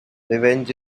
revenge